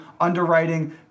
underwriting